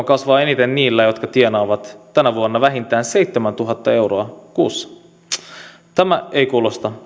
kasvaa eniten niillä jotka tienaavat tänä vuonna vähintään seitsemäntuhatta euroa kuussa tämä ei kuulosta